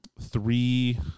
Three